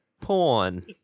...porn